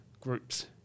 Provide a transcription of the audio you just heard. groups